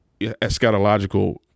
eschatological